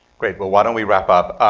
great, well, why don't we wrap up.